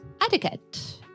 etiquette